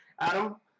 Adam